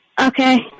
Okay